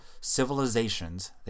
civilizations